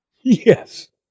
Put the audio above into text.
Yes